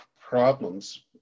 problems